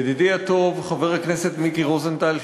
ידידי הטוב חבר הכנסת מיקי רוזנטל,